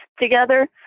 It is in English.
together